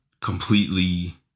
completely